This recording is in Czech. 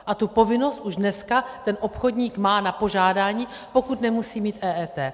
A tu povinnost už dneska ten obchodník má na požádání, pokud nemusí mít EET.